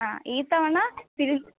ആ ഈ തവണ തിരു